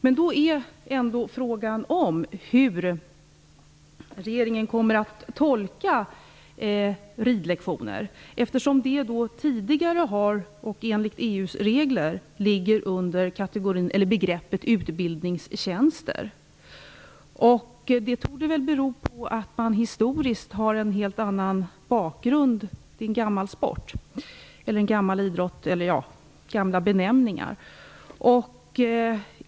Men då är ändå frågan hur regeringen kommer att tolka ridlektioner, eftersom de sedan tidigare och enligt EU:s regler ligger under begreppet utbildningstjänster. Det torde väl bero på att denna sport historiskt sett har en helt annan bakgrund - det är en gammal sport för vilken det används gamla benämningar.